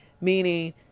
Meaning